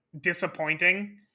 disappointing